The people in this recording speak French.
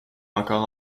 encore